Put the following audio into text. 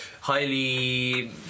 Highly